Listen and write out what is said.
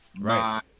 Right